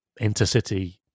intercity